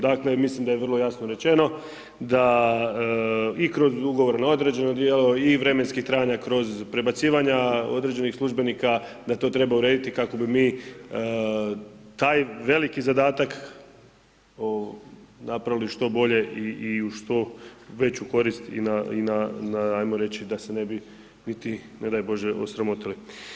Dakle, mislim da je vrlo jasno rečeno da i kroz ugovor na određeno djelo i vremenski trajanja kroz prebacivanja određenih službenika da to treba urediti kako bi mi taj veliki zadatak napravili što bolje i u što veću korist i na, i na ajmo reći da se ne bi niti ne daj bože osramotili.